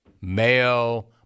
Mayo